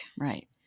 Right